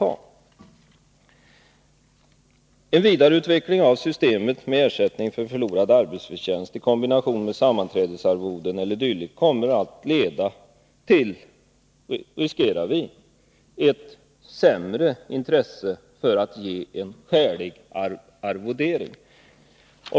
Det finns risk för att en vidareutveckling av systemet med ersättning för förlorad arbetsförtjänst i kombination med sammanträdesarvoden e. d. leder till ett sämre intresse för att ge en skälig arvodering.